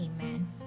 Amen